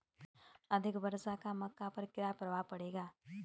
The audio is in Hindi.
अधिक वर्षा का मक्का पर क्या प्रभाव पड़ेगा?